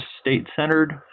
state-centered